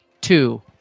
Two